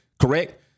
correct